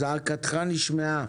זעקתך נשמעה.